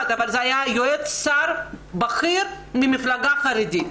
אבל זה היה יועץ שר בכיר ממפלגה חרדית,